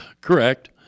Correct